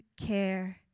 care